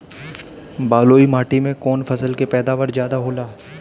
बालुई माटी में कौन फसल के पैदावार ज्यादा होला?